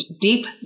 deep